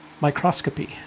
microscopy